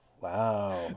wow